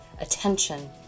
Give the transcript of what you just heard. attention